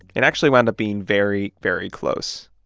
it actually wound up being very, very close.